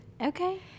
Okay